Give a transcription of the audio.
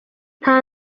nta